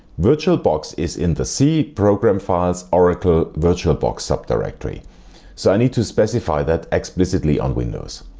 virtualbox is in the c program files oracle virtualbox subdirectory so i need to specify that explicitly on windows.